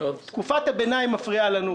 תקופת הביניים מפריעה לנו.